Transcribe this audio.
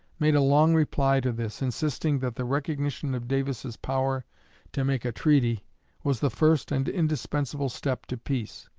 made a long reply to this, insisting that the recognition of davis's power to make a treaty was the first and indispensable step to peace,